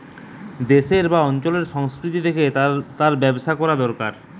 দেশের বা অঞ্চলের সংস্কৃতি দেখে তার ব্যবসা কোরা দোরকার